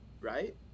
right